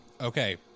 okay